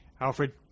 Alfred